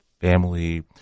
family